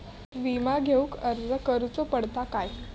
विमा घेउक अर्ज करुचो पडता काय?